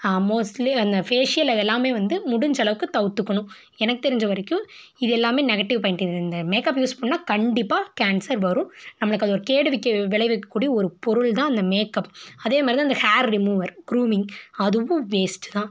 mostly அந்த ஃபேஸியலில் எல்லாம் வந்து முடிஞ்சளவுக்கு தவிர்த்தக்கணும் எனக்கு தெரிஞ்ச வரைக்கும் இது எல்லாம் நெகட்டிவ் பாயிண்ட் இந்த மேக்கப் யூஸ் பண்ணா கண்டிப்பாக கேன்சர் வரும் நம்மளுக்கு அது ஒரு கேடுவிக்க விளைவிக்கக்கூடிய ஒரு பொருள் தான் அந்த மேக்கப் அதே மாதிரி தான் அந்த ஹேர் ரிமூவர் க்ரூமிங் அதுவும் வேஸ்ட்டு தான்